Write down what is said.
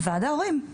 ועד ההורים.